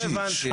לא הבנתי.